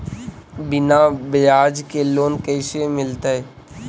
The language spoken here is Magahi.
बिना ब्याज के लोन कैसे मिलतै?